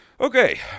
okay